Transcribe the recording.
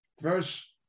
Verse